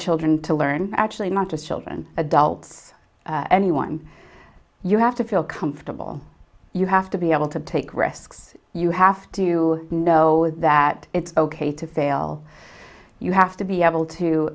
children to learn actually not to children adults anyone you have to feel comfortable you have to be able to take risks you have to know that it's ok to fail you have to be able to